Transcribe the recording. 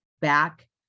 back